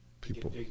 People